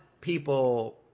people